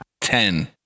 Ten